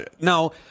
now